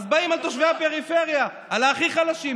אז באים על תושבי הפריפריה, על הכי חלשים.